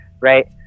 right